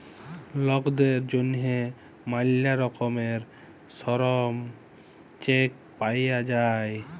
লকদের জ্যনহে ম্যালা রকমের শরম চেক পাউয়া যায়